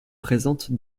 présente